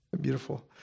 Beautiful